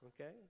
Okay